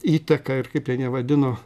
įtaka ir kaip ten ją vadino